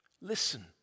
Listen